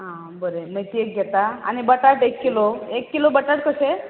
आ बरें मेथी एक घेता आनी बटाट एक किलो एक किलो बटाट कशे